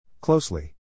Closely